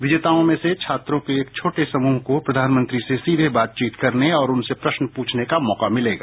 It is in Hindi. विजेताओं में से छात्रों के एक छोटे समूह को प्रधानमंत्री से सीधे बातचीत करने और उनसे प्रश्न प्रछने का मौका मिलेगा